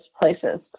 places